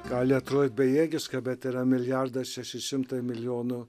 gali atrodyti bejėgiška bet yra milijardas šeši šimtai milijonų